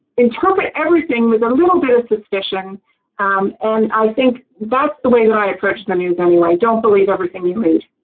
interpret everything with a little bit of suspicion and i think that's the way that i approach the news anyway don't believe everything you read.